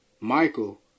Michael